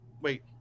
wait